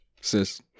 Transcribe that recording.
sis